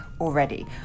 already